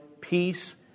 peace